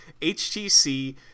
HTC